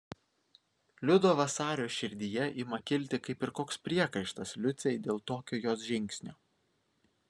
liudo vasario širdyje ima kilti kaip ir koks priekaištas liucei dėl tokio jos žingsnio